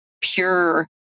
pure